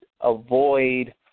avoid